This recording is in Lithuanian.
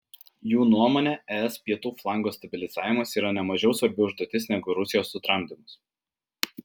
jų nuomone es pietų flango stabilizavimas yra nemažiau svarbi užduotis negu rusijos sutramdymas